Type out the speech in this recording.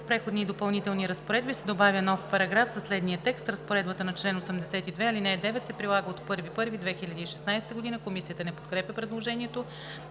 „В Преходните и допълнителните разпоредби се добавя нов §… със следния текст: „Разпоредбата на чл. 82, ал. 9 се прилага от 01.01.2016 г.“ Комисията не подкрепя предложението.